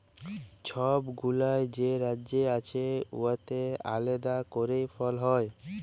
ছব গুলা যে রাজ্য আছে উয়াতে আলেদা ক্যইরে ফল হ্যয়